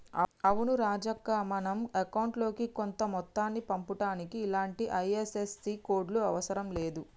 అవును రాజక్క మనం అకౌంట్ లోకి కొంత మొత్తాన్ని పంపుటానికి ఇలాంటి ఐ.ఎఫ్.ఎస్.సి కోడ్లు అవసరం లేదు